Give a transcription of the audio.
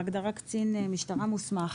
ההגדרה קצין משטרה מוסמך.